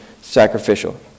sacrificial